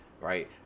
Right